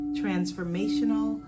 transformational